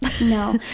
no